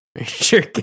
Sure